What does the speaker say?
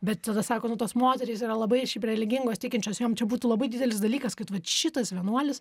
bet tada sako nu tos moterys yra labai šiaip religingos tikinčios jom čia būtų labai didelis dalykas kad vat šitas vienuolis